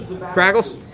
Crackles